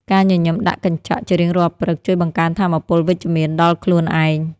ការញញឹមដាក់កញ្ចក់ជារៀងរាល់ព្រឹក ជួយបង្កើនថាមពលវិជ្ជមានដល់ខ្លួនឯង។